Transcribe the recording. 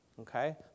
okay